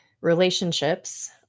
relationships